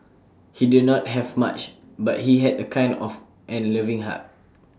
he did not have much but he had A kind of and loving heart